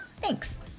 Thanks